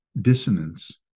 dissonance